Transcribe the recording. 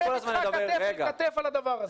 שיילחם איתך כתף אל כתף על הדבר הזה.